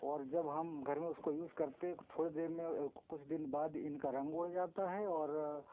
और जब हम घर में उसको यूज़ करते थोड़ी देर में कुछ दिन बाद इनका रंग उड़ जाता है और